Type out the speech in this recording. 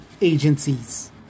agencies